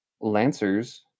lancers